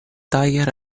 tiger